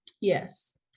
Yes